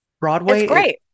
Broadway